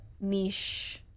niche